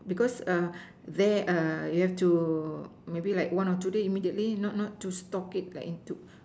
because err there err you have to maybe like one of two day immediately not not to stock like into